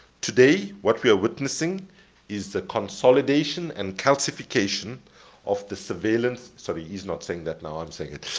today what we are witnessing is the consolidation and calcification of the surveillance, sorry, he's not saying that now, i'm saying it,